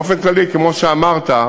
באופן כללי, כמו שאמרת,